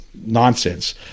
nonsense